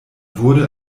wurde